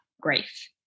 grief